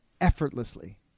effortlessly